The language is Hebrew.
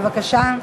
בבקשה.